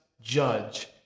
judge